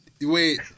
wait